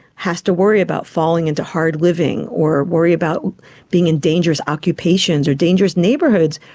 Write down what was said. has to worry about falling into hard living or worry about being in dangerous occupations or dangerous neighbourhoods.